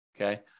okay